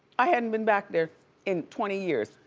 i hadn't been back there in twenty years.